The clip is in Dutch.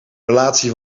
relatie